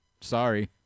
Sorry